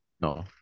No